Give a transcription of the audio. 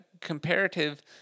comparative